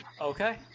Okay